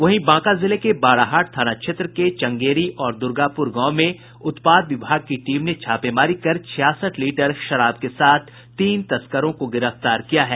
वहीं बांका जिले में बाराहाट थाना क्षेत्र के चंगेरी और दुर्गापुर गांव में उत्पाद विभाग की टीम ने छापेमारी कर छियासठ लीटर शराब के साथ तीन तस्करों को गिरफ्तार किया है